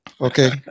Okay